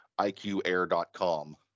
IQAir.com